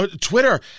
Twitter